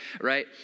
Right